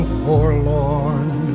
forlorn